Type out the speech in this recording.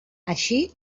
així